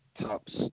Tops